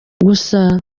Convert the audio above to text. gusa